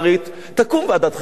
תקום ועדת חקירה בסוף,